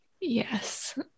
Yes